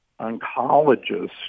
oncologist